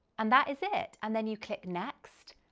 and that is it, and then you click next.